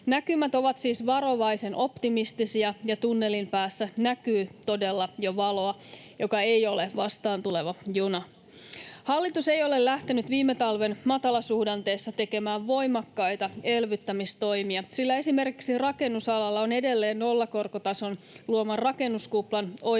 Näkymät ovat siis varovaisen optimistisia, ja tunnelin päässä näkyy todella jo valoa, joka ei ole vastaan tuleva juna. Hallitus ei ole lähtenyt viime talven matalasuhdanteessa tekemään voimakkaita elvyttämistoimia, sillä esimerkiksi rakennusalalla on edelleen nollakorkotason luoman rakennuskuplan oikaisutarvetta,